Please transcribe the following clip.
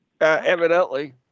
Evidently